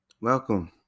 Welcome